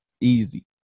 easy